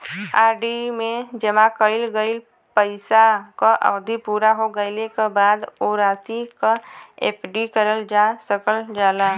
RD में जमा कइल गइल पइसा क अवधि पूरा हो गइले क बाद वो राशि क एफ.डी करल जा सकल जाला